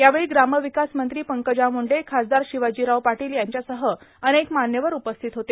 यावेळी ग्रामविकास मंत्री पंकजा मुंडे खासदार शिवाजीराव पाटील यांच्यासह अनेक मान्यवर उपस्थित होते